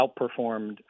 outperformed